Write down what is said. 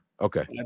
Okay